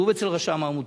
כתוב אצל רשם העמותות,